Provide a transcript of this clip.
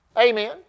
Amen